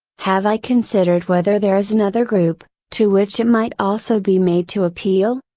have i considered whether there is another group, to which it might also be made to appeal?